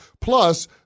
Plus